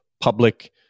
public